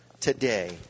today